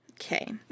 Okay